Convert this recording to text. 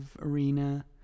arena